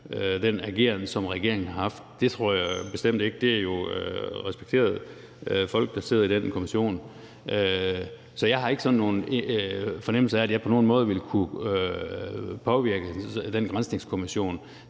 den ageren, som regeringen har haft. Det tror jeg bestemt ikke den gør. Det er jo respekterede folk, der sidder i den kommission. Så jeg har ikke sådan nogen fornemmelse af, at jeg på nogen måde ville kunne påvirke den granskningskommission.